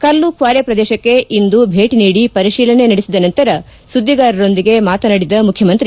ಕಲ್ಲು ಕ್ವಾರೆ ಪ್ರದೇಶಕ್ಕೆ ಇಂದು ಭೇಟ ನೀಡಿ ಪರಿಶೀಲನೆ ನಡೆಸಿದ ನಂತರ ಸುದ್ದಿಗಾರರೊಂದಿಗೆ ಮಾತನಾಡಿದ ಮುಖ್ಯಮಂತ್ರಿ